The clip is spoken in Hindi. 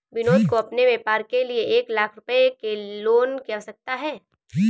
विनोद को अपने व्यापार के लिए एक लाख रूपए के लोन की आवश्यकता है